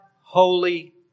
holy